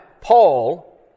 Paul